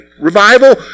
Revival